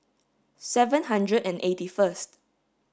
seven hundred and eight first